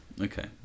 Okay